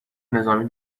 نظامی